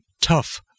tough